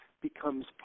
becomes